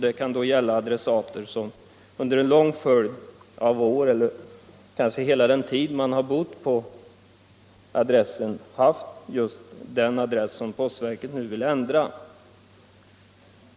Det kan gälla personer som under en lång följd av år, kanske under hela den tid man har bott på platsen, har haft just den adress som postverket nu vill ändra.